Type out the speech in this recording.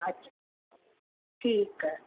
अछा ठीकु आहे